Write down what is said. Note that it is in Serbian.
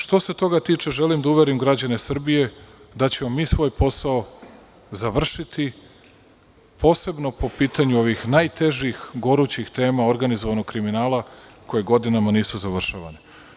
Što se toga tiče, želim da uverim građane Srbije da ćemo mi svoj posao završiti, posebno po pitanju ovih najtežih, gorućih tema organizovanog kriminala koje godinama nisu završavane.